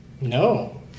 No